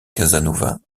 casanova